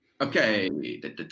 okay